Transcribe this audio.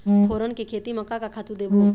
फोरन के खेती म का का खातू देबो?